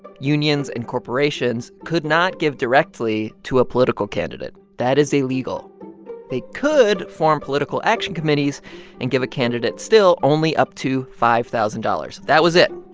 unions and corporations could not give directly to a political candidate. that is illegal. they could form political action committees and give a candidate, still, only up to five thousand dollars. that was it